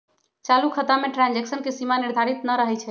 चालू खता में ट्रांजैक्शन के सीमा निर्धारित न रहै छइ